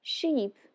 Sheep